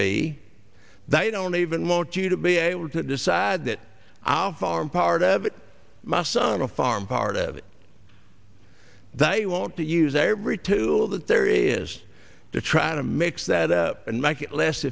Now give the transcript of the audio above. i don't even want you to be able to decide that i'll farm part of it my son a farm part of it that you want to use every tool that there is to try to mix that up and make it less